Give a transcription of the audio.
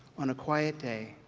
on a quiet day,